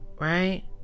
Right